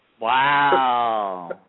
Wow